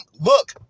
Look